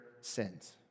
sins